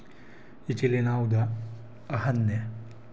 ꯏꯆꯤꯜ ꯏꯅꯥꯎꯗ ꯑꯍꯜꯅꯦ